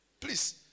Please